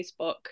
Facebook